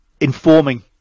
informing